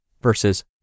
versus